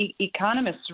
economists